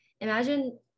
imagine